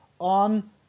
on